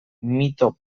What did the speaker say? mito